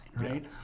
Right